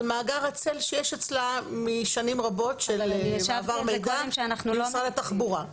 מאגר הצל שיש אצלה משנים רבות של מעבר מידע ממשרד התחבורה.